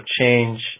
Change